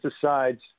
decides